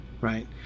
right